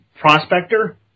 Prospector